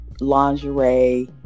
lingerie